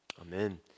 Amen